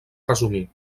resumir